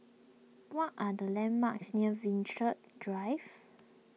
what are the landmarks near Drive